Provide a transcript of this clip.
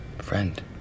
Friend